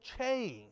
change